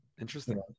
interesting